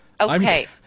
Okay